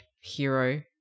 hero